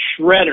shredder